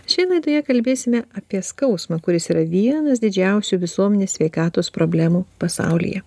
šioje laidoje kalbėsime apie skausmą kuris yra vienas didžiausių visuomenės sveikatos problemų pasaulyje